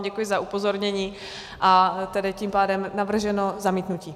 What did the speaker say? Děkuji za upozornění, a tedy tím pádem je navrženo zamítnutí.